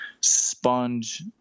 sponge